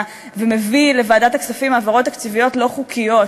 ומביא לוועדת הכספים העברות תקציביות לא חוקיות,